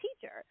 teacher